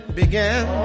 began